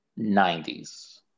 90s